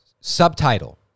subtitle